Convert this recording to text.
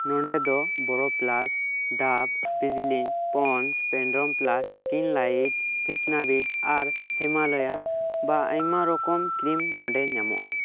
ᱱᱚᱸᱰᱮ ᱫᱚ ᱵᱳᱨᱳᱯᱞᱟᱥ ᱰᱟᱵᱷ ᱵᱷᱤᱡᱽᱞᱤᱝ ᱯᱚᱱᱰᱥ ᱯᱮᱱᱰᱨᱚᱝᱯᱞᱟᱥ ᱠᱤᱱᱞᱟᱭᱤᱯᱷ ᱵᱷᱮᱴᱱᱟᱵᱷᱮᱴ ᱟᱨ ᱦᱤᱢᱟᱞᱚᱭᱟ ᱵᱟ ᱟᱭᱢᱟ ᱨᱚᱠᱚᱢ ᱠᱨᱤᱢ ᱱᱚᱸᱰᱮ ᱧᱟᱢᱚᱜᱼᱟ